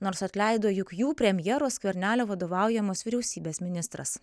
nors atleido juk jų premjero skvernelio vadovaujamos vyriausybės ministras